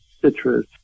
citrus